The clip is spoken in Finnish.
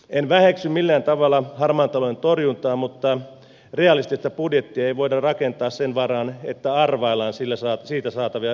en väheksy millään tavalla harmaan talouden torjuntaa mutta realistista budjettia ei voida rakentaa sen varaan että arvaillaan siitä saatavia verotuottoja